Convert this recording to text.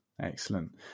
excellent